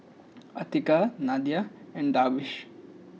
Atiqah Nadia and Darwish